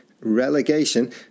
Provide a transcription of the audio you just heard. Relegation